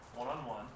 One-on-one